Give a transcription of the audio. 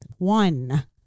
one